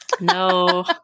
No